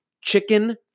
chicken